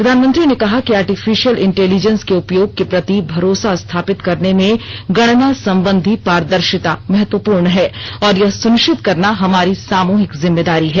प्रधानमंत्री ने कहा कि आर्टिफिशियल इंटेलिजेंस के उपयोग के प्रति भरोसा स्थापित करने में गणना संबंधी पारदर्शिता महत्वपूर्ण है और यह सुनिश्चित करना हमारी सामूहिक जिम्मेनदारी है